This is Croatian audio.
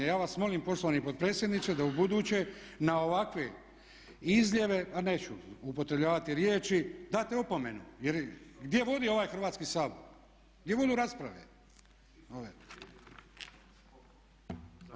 Ja vas molim poštovani potpredsjedniče da u buduće na ovakve izljeve, a neću upotrebljavati riječi date opomenu jer gdje vodi ovaj Hrvatski sabor, gdje vode rasprave ove.